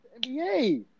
NBA